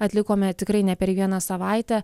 atlikome tikrai ne per vieną savaitę